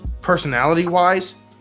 Personality-wise